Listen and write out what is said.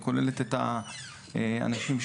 שלום חברות,